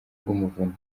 rw’umuvunyi